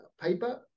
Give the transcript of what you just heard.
paper